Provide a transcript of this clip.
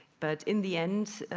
but in the end